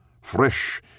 Fresh